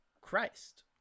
Christ